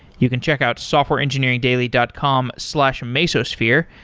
you can check out softwareengineeringdaily dot com slash mesosphere,